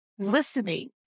listening